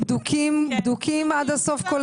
בדוקים עד הסוף.